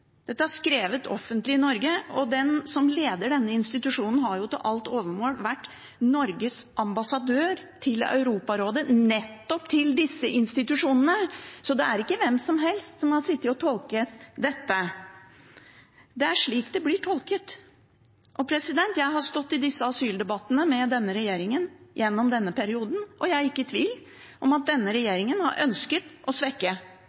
Dette er skrevet offentlig i Norge, og den som leder denne institusjonen, har til alt overmål vært Norges ambassadør til Europarådet nettopp til disse institusjonene. Så det er ikke hvem som helst som har sittet og tolket dette – det er slik det blir tolket. Jeg har stått i disse asyldebattene med denne regjeringen i denne perioden, og jeg er ikke i tvil om at denne regjeringen har ønsket å svekke